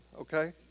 okay